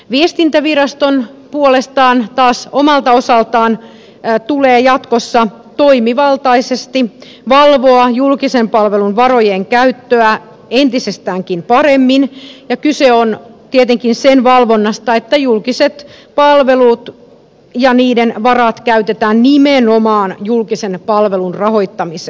viestintäviraston puolestaan tulee jatkossa omalta osaltaan toimivaltaisesti valvoa julkisen palvelun varojen käyttöä entistäkin paremmin ja kyse on tietenkin sen valvonnasta että julkisten palveluiden varat käytetään nimenomaan julkisen palvelun rahoittamiseen